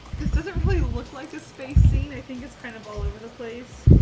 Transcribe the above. this doesn't really look like a space scene. i think it's kind of all over the place.